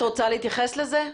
את רוצה להתייחס לזה?